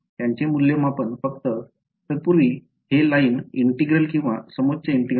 त्यांचे मूल्यमापन फक्त तत्पूर्वी हे लाईन ईंटेग्रेल किंवा समोच्च ईंटेग्रेल आहे